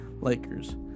lakers